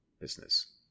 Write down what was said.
business